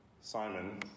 Simon